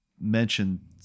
mentioned